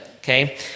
Okay